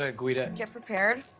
ah guidette. get prepared.